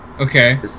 Okay